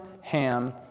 Ham